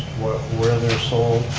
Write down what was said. where they're sold,